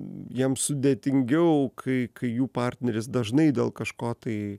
jiems sudėtingiau kai kai jų partneris dažnai dėl kažko tai